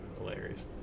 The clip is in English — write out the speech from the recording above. hilarious